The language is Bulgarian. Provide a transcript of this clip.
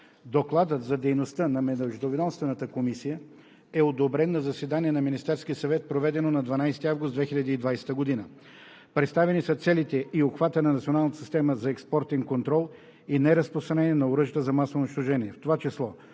Докладът за дейността на Междуведомствената комисия е одобрен на заседание на Министерския съвет, проведено на 12 август 2020 г. Представени са целите и обхватът на националната система за експортен контрол и неразпространение на оръжията за масово унищожение,